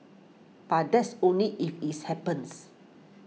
but that's only if it's happens